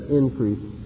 increase